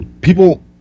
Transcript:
people